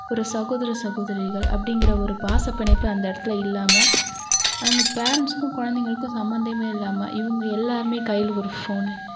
ஒரு சகோதர சகோதரிகள் அப்படிங்கிற ஒரு பாசப்பிணைப்பு அந்த இடத்துல இல்லாமல் அவங்க பேரண்ட்ஸ்க்கும் குலந்தைங்களுக்கும் சம்மந்தமே இல்லாமல் இவங்க எல்லாருமே கையில் ஒரு ஃபோன்னு